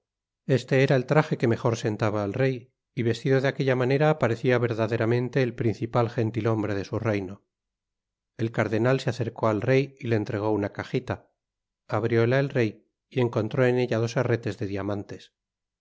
este era el traje que mejor sentaba al rey y vestido de aquella manera parecía verdaderamente el principal jentil hombre de su reino el cardenal sejacercó al rey y le entregó ana cajita abrióla el rey y encontró en ella dos herretes'de diamantes